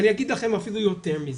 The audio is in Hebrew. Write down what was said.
אני אגיד לכם אפילו יותר מזה,